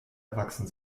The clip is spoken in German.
erwachsen